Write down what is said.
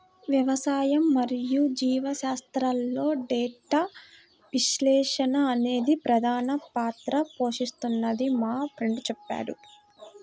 వ్యవసాయం మరియు జీవశాస్త్రంలో డేటా విశ్లేషణ అనేది ప్రధాన పాత్ర పోషిస్తుందని మా ఫ్రెండు చెప్పాడు